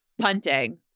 punting